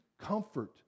comfort